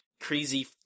crazy